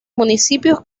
municipios